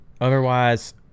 Otherwise